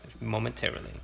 momentarily